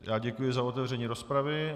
Já děkuji za otevření rozpravy.